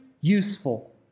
useful